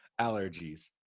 allergies